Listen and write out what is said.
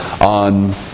on